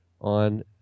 on